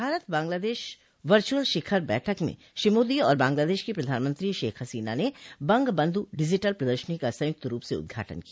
Bharat Bangladesh virtual शिखर बैठक में श्री मोदी और बांग्लादेश की प्रधानमंत्री शेख हसीना ने बंग बंध् डिजीटल प्रदर्शनी का संयुक्त रूप से उद्घाटन किया